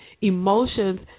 emotions